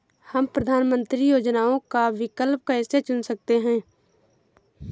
हम प्रधानमंत्री योजनाओं का विकल्प कैसे चुन सकते हैं?